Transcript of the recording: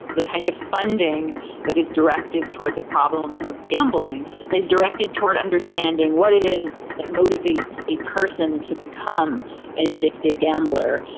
the kind of funding that is directed toward the problem of gambling is directed toward understanding what it is that motivates a person to become an addicted gambler,